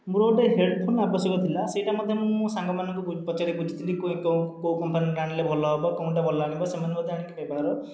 ମୋର ଗୋଟିଏ ହେଡ଼୍ଫୋନ ଆବଶ୍ୟକ ଥିଲା ସେହିଟା ମଧ୍ୟ ମୁଁ ମୋ ସାଙ୍ଗମାନଙ୍କୁ ପଚାରି ବୁଝିଥିଲି କେଉଁ କମ୍ପାନୀର ଆଣିଲେ ଭଲ ହେବ କେଉଁଟା ଭଲ ହେବ ସେମାନେ ମଧ୍ୟ ଆଣିକି ବ୍ୟବହାର